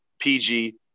PG